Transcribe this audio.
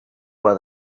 while